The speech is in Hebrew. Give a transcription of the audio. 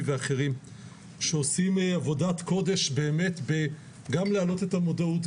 ואחרים שעושים עבודת קודש גם בהעלאת המודעות,